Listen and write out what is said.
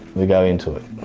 we go into it.